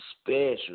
special